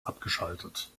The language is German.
abgeschaltet